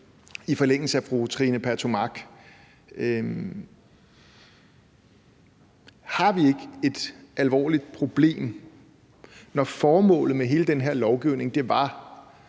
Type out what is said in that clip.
i forlængelse af fru Trine Pertou Machs spørgsmål, om vi ikke har et alvorligt problem, når formålet med hele den her lovgivning ligesom